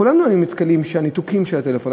כולל הניתוקים של הטלפון,